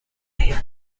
evening